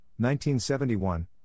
1971